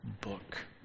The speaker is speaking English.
book